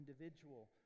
individual